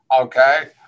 okay